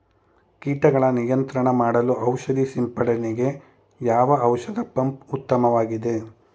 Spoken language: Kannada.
ಕೀಟಗಳ ನಿಯಂತ್ರಣ ಮಾಡಲು ಔಷಧಿ ಸಿಂಪಡಣೆಗೆ ಯಾವ ಔಷಧ ಪಂಪ್ ಉತ್ತಮವಾಗಿದೆ?